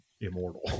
immortal